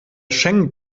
schengen